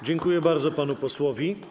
Dziękuję bardzo panu posłowi.